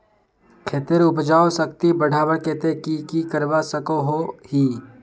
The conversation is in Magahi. खेतेर उपजाऊ शक्ति बढ़वार केते की की करवा सकोहो ही?